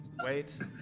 wait